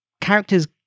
characters